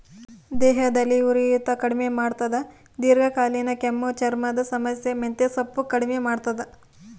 ದೇಹದಲ್ಲಿ ಉರಿಯೂತ ಕಡಿಮೆ ಮಾಡ್ತಾದ ದೀರ್ಘಕಾಲೀನ ಕೆಮ್ಮು ಚರ್ಮದ ಸಮಸ್ಯೆ ಮೆಂತೆಸೊಪ್ಪು ಕಡಿಮೆ ಮಾಡ್ತಾದ